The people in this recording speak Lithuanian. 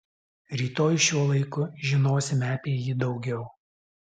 rytoj šiuo laiku žinosime apie jį daugiau